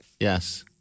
yes